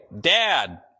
Dad